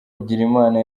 bigirimana